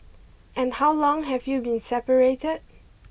and how long have you been separated